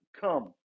come